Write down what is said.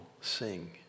sing